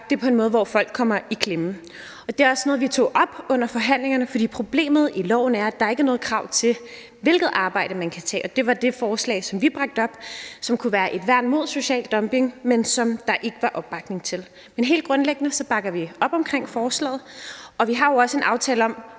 det på en måde, hvor folk kommer i klemme, og det var også noget, som vi tog op under forhandlingerne. For problemet i loven er, at der ikke er noget krav til, hvilket arbejde man kan tage, og det var det, vi bragte op i et forslag som noget, der kunne være et værn mod social dumping, men det var der ikke opbakning til. Men helt grundlæggende bakker vi op om forslaget, og vi har jo også en aftale om